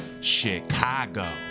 Chicago